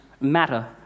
Matter